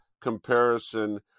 comparison